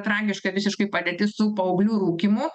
tragiška visiškai padėtis su paauglių rūkymu